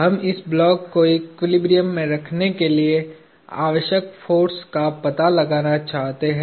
हम इस ब्लॉक को एक्विलिब्रियम में रखने के लिए आवश्यक फोर्स का पता लगाना चाहते हैं